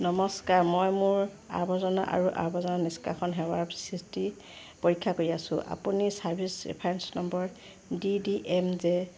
নমস্কাৰ মই মোৰ আৱৰ্জনা আৰু আৱৰ্জনা নিষ্কাশন সেৱাৰ স্থিতি পৰীক্ষা কৰি আছোঁ আপুনি service reference number D D M J